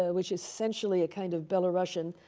which is essentially a kind of belarusian,